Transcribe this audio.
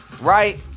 right